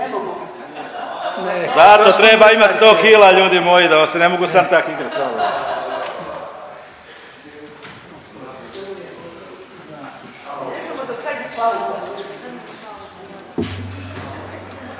Zato treba imati 100 kila, ljudi moji, da vas se ne mogu sam tak